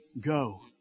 go